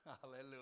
hallelujah